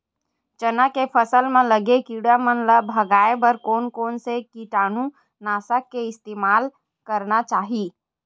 चना के फसल म लगे किड़ा मन ला भगाये बर कोन कोन से कीटानु नाशक के इस्तेमाल करना चाहि?